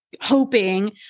hoping